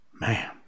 Man